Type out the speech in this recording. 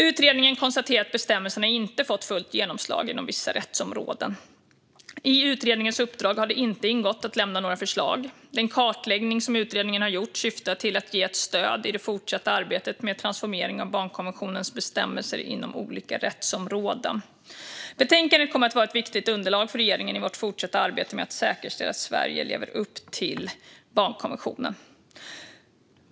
Utredningen konstaterar att bestämmelserna inte fått fullt genomslag inom vissa rättsområden. I utredningens uppdrag har det inte ingått att lämna några förslag. Den kartläggning som utredningen har gjort syftar till att ge ett stöd i det fortsatta arbetet med transformering av barnkonventionens bestämmelser inom olika rättsområden. Betänkandet kommer att vara ett viktigt underlag för regeringen i vårt fortsatta arbete med att säkerställa att Sverige lever upp till barnkonventionen.